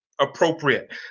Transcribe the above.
appropriate